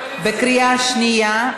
בקריאה שנייה.